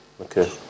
Okay